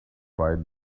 find